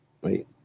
wait